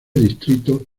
distritos